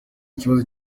kibazo